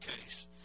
case